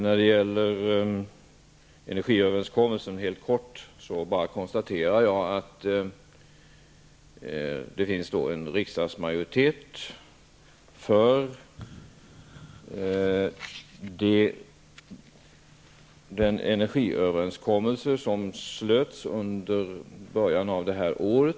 När det gäller energiöverenskommelsen konstaterar jag bara att det finns en riksdagsmajoritet för den energiöverenskommelse som slöts i början av detta år.